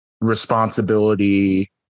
responsibility